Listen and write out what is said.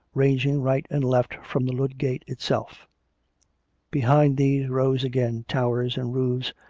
ranging right and left from the ludgate itself behind these rose again towers and roofs,